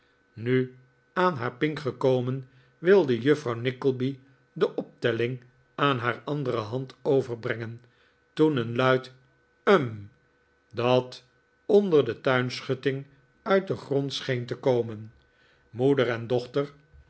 nu aan haar pink gekomen wilde juffrouw nickleby de optelling naar haar andere hand overbrengen toen een luid hm dat onder de tuinschutting uit den grond scheen te komen moeder en dochter